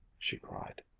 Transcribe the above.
she cried.